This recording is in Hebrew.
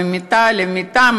ממיטה למיטה,